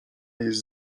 jest